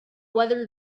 whether